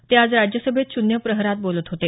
ते आज राज्यसभेत शून्यप्रहरात बोलत होते